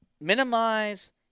minimize